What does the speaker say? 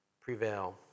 prevail